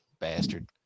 bastard